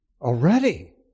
already